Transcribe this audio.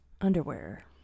Underwear